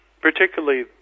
particularly